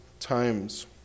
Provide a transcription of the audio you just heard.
times